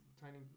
tiny